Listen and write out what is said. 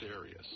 areas